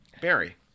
Barry